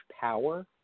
power